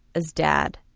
as dad.